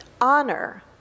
honor